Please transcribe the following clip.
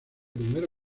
primero